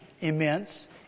immense